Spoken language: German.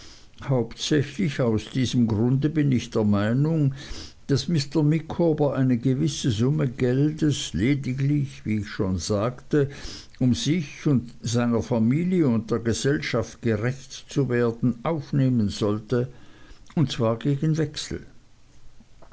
hauptsächlich aus diesem grunde bin ich der meinung daß mr micawber eine gewisse summe geldes lediglich wie ich schon sagte um sich seiner familie und der gesellschaft gerecht zu werden aufnehmen sollte und zwar gegen wechsel